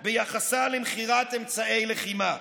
מאוד ביחסה למכירת אמצעי לחימה,